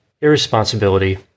irresponsibility